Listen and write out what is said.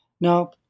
now